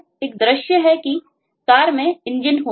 एक दृश्य है कि Car में Engine होता है